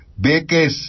Beques